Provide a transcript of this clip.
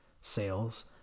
sales